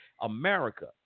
America